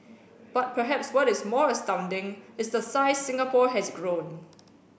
but perhaps what is more astounding is the size Singapore has grown